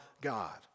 God